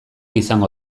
izango